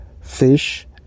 fish